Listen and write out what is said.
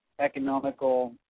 economical